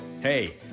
Hey